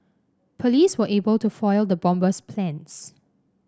police were able to foil the bomber's plans